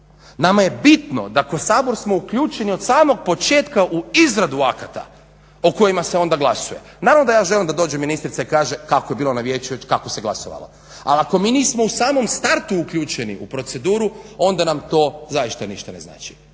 Nama je bitno da kao Sabor smo uključeni od samog početka u izradu akata o kojima se onda glasuje. Naravno da ja želim da dođe ministrica i kaže kako je bilo na vijeću, kako se glasovalo. Ali ako mi nismo u samom startu uključeni u proceduru onda nam to zaista ništa ne znači.